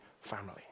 family